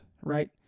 Right